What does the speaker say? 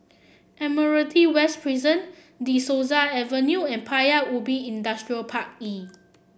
Admiralty West Prison De Souza Avenue and Paya Ubi Industrial Park E